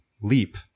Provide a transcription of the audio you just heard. leap